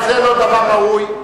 זה לא דבר ראוי.